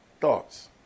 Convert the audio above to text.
Thoughts